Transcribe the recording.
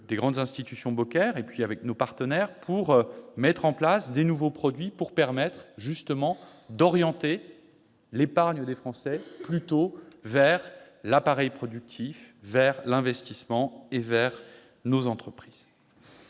les grandes institutions bancaires et avec nos partenaires à la mise en place de nouveaux produits permettant d'orienter l'épargne des Français vers l'appareil productif, vers l'investissement et vers nos entreprises.